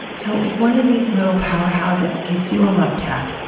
so if one of these little powerhouses gives you a love tap,